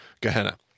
Gehenna